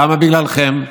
למה בגללכם?